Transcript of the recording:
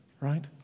right